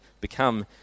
become